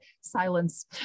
silence